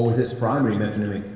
his primary metronymic,